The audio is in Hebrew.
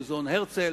מוזיאון הרצל.